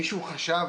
מישהו חשב